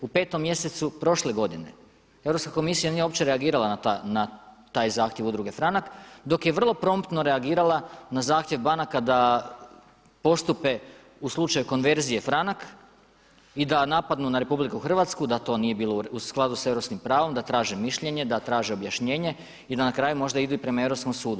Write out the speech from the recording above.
U 5. mjesecu prošle godine Europska komisija nije uopće reagirala na taj zahtjev Udruge Franak dok je vrlo promptno reagirala na zahtjev banaka da postupe u slučaju konverzije Franak i da napadnu na RH da to nije bilo u skladu sa europskim pravom, da traže mišljenje, da traže objašnjenje i da na kraju možda idu i prema Europskom sudu.